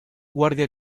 guardia